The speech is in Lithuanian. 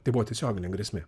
tai buvo tiesioginė grėsmė